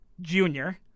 junior